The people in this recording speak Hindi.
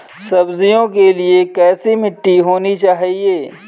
सब्जियों के लिए कैसी मिट्टी होनी चाहिए?